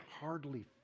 hardly